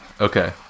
Okay